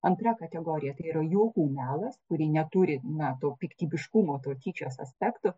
antra kategorija tai yra juokų melas kuri neturi na to piktybiškumo to tyčios aspekto